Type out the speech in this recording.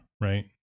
Right